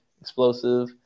explosive